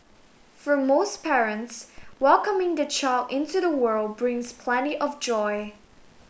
for most parents welcoming their child into the world brings plenty of joy